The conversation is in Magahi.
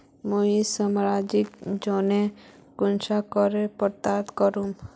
मुई सामाजिक योजना कुंसम करे प्राप्त करूम?